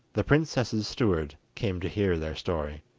the princess's steward came to hear their story.